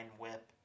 whip